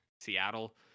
Seattle